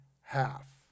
half